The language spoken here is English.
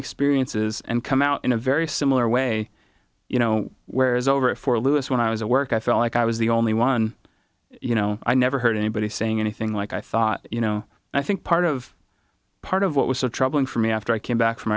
experiences and come out in a very similar way you know whereas over a four lewis when i was at work i felt like i was the only one you know i never heard anybody saying anything like i thought you know i think part of part of what was so troubling for me after i came back from